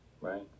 right